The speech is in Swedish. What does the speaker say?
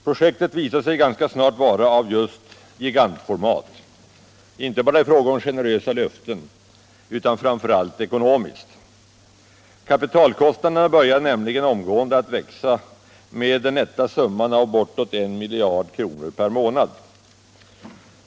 Projektet visade sig ganska snart vara av just gigantform, inte bara i fråga om generösa löften utan framför allt ekonomiskt. Kapitalkostnaderna började nämligen omgående växa med den nätta summan av bortåt 1 miljard kronor per månad.